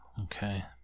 Okay